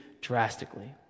drastically